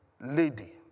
lady